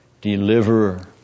Deliverer